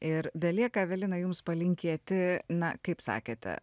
ir belieka evelina jums palinkėti na kaip sakėte